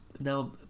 now